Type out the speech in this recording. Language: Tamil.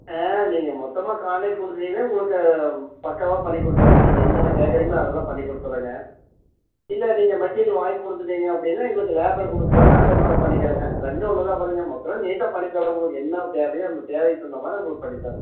ஆ நீங்கள் மொத்தமாக காண்ட்ரக்ட் கொடுத்துட்டிங்கன்னா உங்களுக்கு பக்காவா பண்ணி கொடுத்துறேங்க நீங்கள் என்னென்ன கேட்குறிங்களோ அதெல்லாம் பண்ணி கொடுத்துறேங்க இல்லை நீங்கள் மெட்டீரியல் வாங்கி குடுத்துட்டிங்க அப்டின்னா எங்களுக்கு லேபர் கொடுத்துட்டாலும் அதை மாதிரி பண்ணிக்கறேங்க ரெண்டும் ஒன்று தான் பாருங்க மொத்தமா நீட்டா பண்ணி தரேன் உங்களுக்கு என்ன தேவையோ அந்த தேவைக்கு தகுந்தமாதிரி உங்களுக்கு பண்ணித்தரேன்